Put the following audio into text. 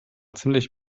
ziemlich